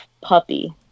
puppy